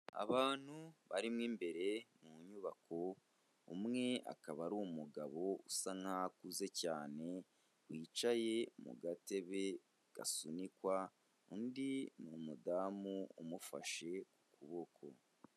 Abantu barimo imbere mu nyubako umwe akaba ari umugabo usa nk'aho akuze cyane wicaye mu gatebe gasunikwa undi ni umudamu umufashe ukuboko.